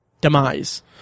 demise